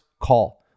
call